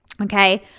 okay